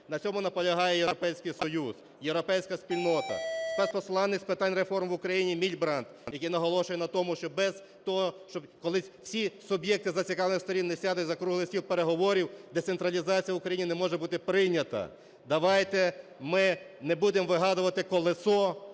На цьому наполягає Європейський Союз, європейська спільнота, спецпосланник з питань реформ в Україні Мільбрадт, який наголошує на тому, що без того, що колись всі суб'єкти зацікавлених сторін не сядуть за круглий стіл переговорів, децентралізація в Україні не може бути прийнята. Давайте ми не будемо вигадувати колесо,